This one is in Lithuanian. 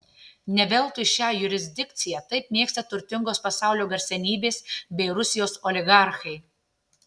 ne veltui šią jurisdikciją taip mėgsta turtingos pasaulio garsenybės bei rusijos oligarchai